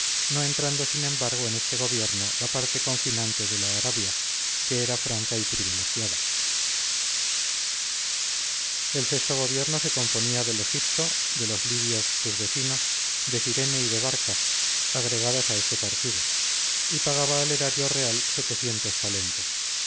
no entrando sin embargo en este gobierno la parte confinante de la arabia que era franca y privilegiada el sexto gobierno se componía del egipto de los libios sus vecinos de cirene y de barca agregadas a este partido y pagaba al erario real talentos